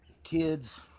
Kids